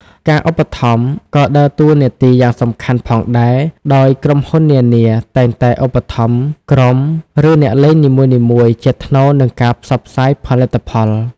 ការឧបត្ថម្ភ ក៏ដើរតួនាទីយ៉ាងសំខាន់ផងដែរ ដោយក្រុមហ៊ុននានាតែងតែឧបត្ថម្ភក្រុម ឬអ្នកលេងនីមួយៗជាថ្នូរនឹងការផ្សព្វផ្សាយផលិតផល។